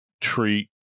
treat